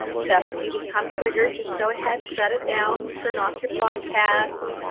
so if you become triggered just go ahead shut it down, turn off your podcast,